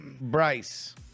Bryce